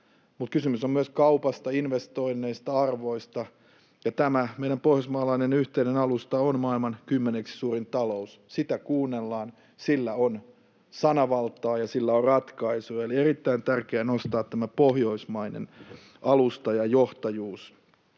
kysymys on myös kaupasta, investoinneista, arvoista, ja tämä meidän pohjoismaalainen yhteinen alusta on maailman kymmeneksi suurin talous. Sitä kuunnellaan, sillä on sananvaltaa, ja sillä on ratkaisuja, eli on erittäin tärkeää nostaa tämä pohjoismainen alusta ja johtajuus